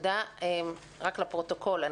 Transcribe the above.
רק לפרוטוקול.